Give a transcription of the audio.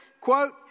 quote